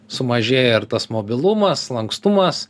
sumažėja ir tas mobilumas lankstumas